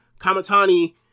Kamatani